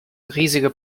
riesige